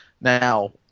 Now